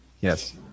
Yes